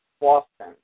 Boston